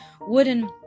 wooden